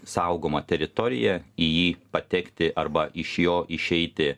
saugoma teritorija į jį patekti arba iš jo išeiti